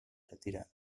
retirados